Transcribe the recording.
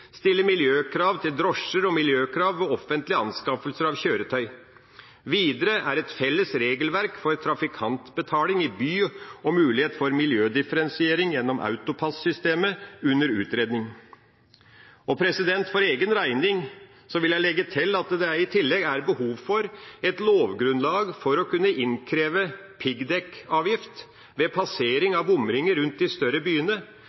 stille miljøkrav til drosjer og miljøkrav ved offentlige anskaffelser av kjøretøy. Videre er et felles regelverk for trafikantbetaling i by og mulighet for miljødifferensiering gjennom AutoPASS-systemet under utredning. For egen regning vil jeg legge til at det i tillegg er behov for et lovgrunnlag for å kunne innkreve piggdekkavgift ved passering av bomringer rundt de større byene.